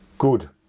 Good